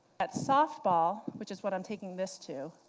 at soft ball, which is what i'm taking this to,